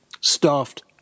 staffed